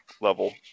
level